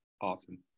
Awesome